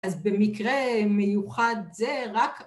‫אז במקרה מיוחד זה רק...